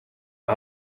een